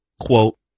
Quote